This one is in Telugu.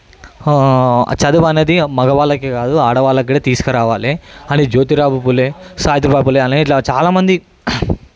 చదువనేది మగవాళ్ళకే కాదు ఆడవాళ్ళకు కూడా తీసుకురావాలి అని జ్యోతిరావు పూలే సాయిదేవ పులే ఇలా చాలామంది